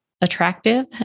attractive